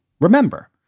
Remember